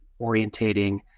orientating